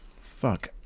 Fuck